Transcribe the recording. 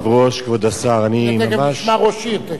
תיכף נשמע ראש עיר, תיכף.